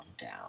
down